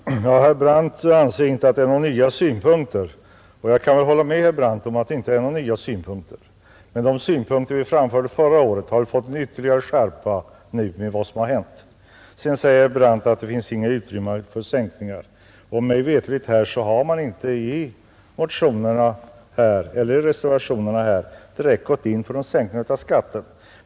Herr talman! Herr Brandt anser att det inte anförts några nya synpunkter, och jag kan väl hålla med herr Brandt om det. Men de synpunkter vi framförde förra året har fått ytterligare skärpa med vad som har hänt. Vidare sade herr Brandt att det inte finns utrymme för skattesänkningar. Mig veterligt har man inte i reservationerna gått in för sänkning av skatten.